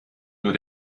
nur